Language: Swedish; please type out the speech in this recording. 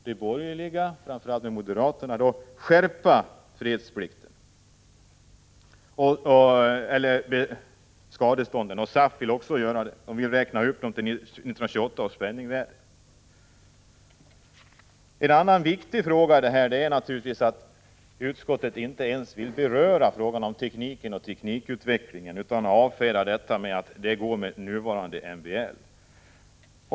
De borgerliga, framför allt moderaterna, liksom SAF vill skärpa skadestånden genom att räkna upp dem till 1928 års penningvärde. En annan viktig sak är naturligtvis att utskottet inte ens vill beröra frågan om tekniken och teknikutvecklingen utan avfärdar den med att det räcker med nuvarande MBL.